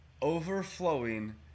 overflowing